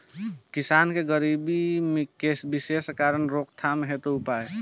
किसान के गरीबी के विशेष कारण रोकथाम हेतु उपाय?